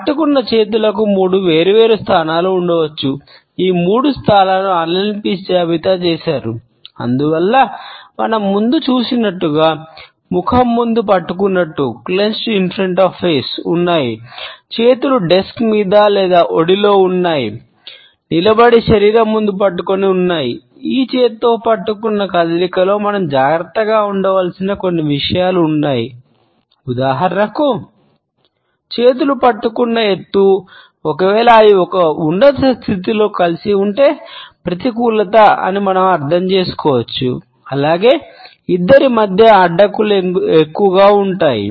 పట్టుకున్న చేతులకు కలిసి ఉంటే ప్రతికూలత అని మనం అర్థం చేసుకోవచ్చు అలాగే ఇద్దరి మధ్య అడ్డంకులు ఎక్కువగా ఉంటాయి